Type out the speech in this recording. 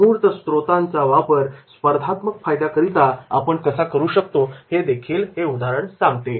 अमूर्त स्त्रोतांचा वापर स्पर्धात्मक फायदा करिता आपण कसा करू शकतो हे देखील ते सांगते